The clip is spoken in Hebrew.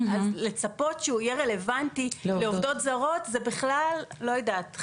אז לצפות שהוא יהיה רלוונטי לעובדות זרות זה בכלל לא יודעת,